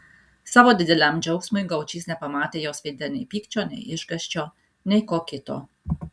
savo dideliam džiaugsmui gaučys nepamatė jos veide nei pykčio nei išgąsčio nei ko kito